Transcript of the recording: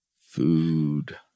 Food